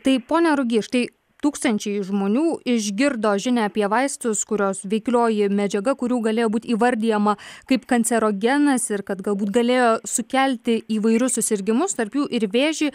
tai pone rugy štai tūkstančiai žmonių išgirdo žinią apie vaistus kurios veiklioji medžiaga kurių galėjo būt įvardijama kaip kancerogenas ir kad galbūt galėjo sukelti įvairius susirgimus tarp jų ir vėžį